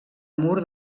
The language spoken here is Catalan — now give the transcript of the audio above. mur